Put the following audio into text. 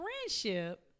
friendship